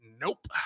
Nope